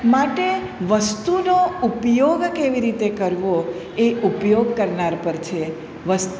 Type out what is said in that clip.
માટે વસ્તુનો ઉપયોગ કેવી રીતે કરવો એ ઉપયોગ કરનાર પર છે